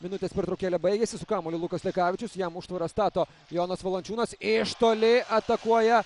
minutės pertraukėlė baigėsi su kamuoliu lukas lekavičius jam užtvarą stato jonas valančiūnas iš toli atakuoja